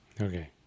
Okay